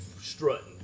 strutting